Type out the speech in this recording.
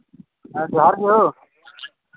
ᱡᱚᱦᱟᱨ ᱜᱮ ᱦᱳ